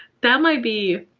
that might be.